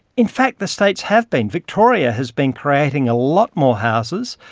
in fact the states have been. victoria has been creating a lot more houses.